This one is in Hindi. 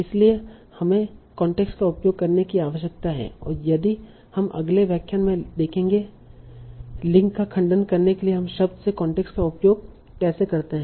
इसलिए हमें कांटेक्स्ट का उपयोग करने की आवश्यकता है और यही हम अगले व्याख्यान में देखेंगे लिंक का खंडन करने के लिए हम शब्द से कांटेक्स्ट का उपयोग कैसे करते हैं